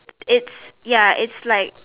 it's ya it's like